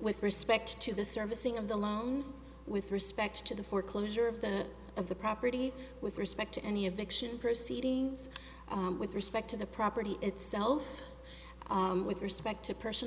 with respect to the servicing of the loan with respect to the foreclosure of the of the property with respect to any affection proceedings with respect to the property itself with respect to personal